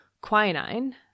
quinine